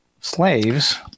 Slaves